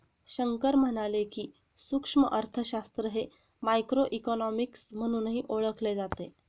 शंकर म्हणाले की, सूक्ष्म अर्थशास्त्र हे मायक्रोइकॉनॉमिक्स म्हणूनही ओळखले जाते